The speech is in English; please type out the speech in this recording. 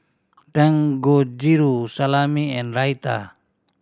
Dangojiru Salami and Raita